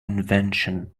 invention